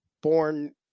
born